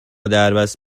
دربست